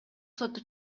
соту